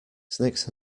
snakes